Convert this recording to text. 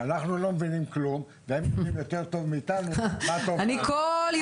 שאנחנו לא מבינים כלום והם מבינים יותר טוב מאיתנו מה טוב לנו.